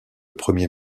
premier